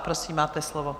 Prosím, máte slovo.